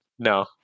No